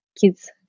kids